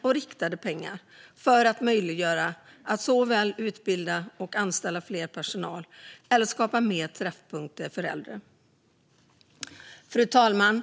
och riktade pengar för att utbilda och anställa mer personal och skapa mer träffpunkter för äldre. Fru talman!